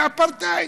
זה אפרטהייד.